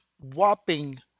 whopping